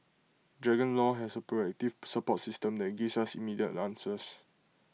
dragon law has A proactive support system that gives us immediate answers